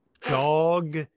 Dog